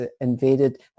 invaded